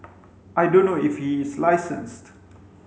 I don't know if he is licensed